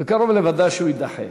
וקרוב לוודאי שהוא יידחה,